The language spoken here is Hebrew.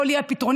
לא לי הפתרונים,